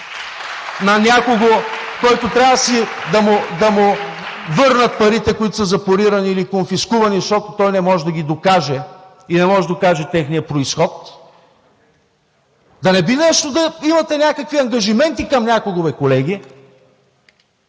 на някого, на когото трябва да му върнат парите, които са запорирани или конфискувани, защото той не може да ги докаже и не може да докаже техния произход? Да не би нещо да имате някакви ангажименти към някого бе, колеги?